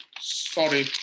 Sorry